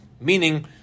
Meaning